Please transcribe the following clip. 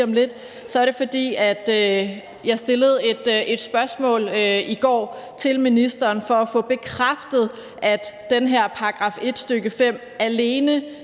jeg stillede et spørgsmål i går til ministeren for at få bekræftet, at den her